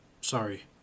Sorry